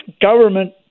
government